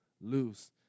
lose